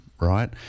Right